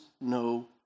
no